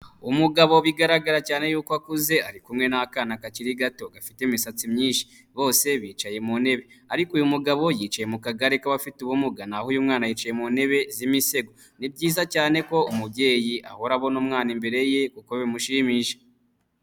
Umugabo bigaragara cyane yuko akuze ari kumwe n'akana kakiri gato gafite imisatsi myinshi. Bose bicaye mu ntebe, ariko uyu mugabo yicaye mu kagare k'abafite ubumuga naho uyu mwana yicaye mu ntebe z'imisego. Ni byiza cyane ko umubyeyi ahora abona umwana imbere ye kuko bimushimisha.